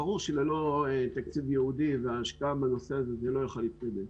ברור שללא תקציב ייעודי והשקעה בנושא הזה זה לא יוכל להתקדם.